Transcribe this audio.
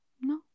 No